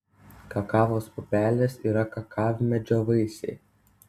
kakavos pupelės yra kakavmedžio vaisiai